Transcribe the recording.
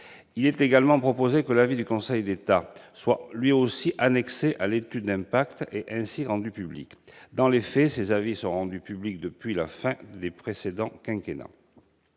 Il est également proposé que l'avis du Conseil d'État soit lui aussi annexé à l'étude d'impact et ainsi rendu public. Dans les faits, ses avis sont rendus publics depuis la fin du précédent quinquennat.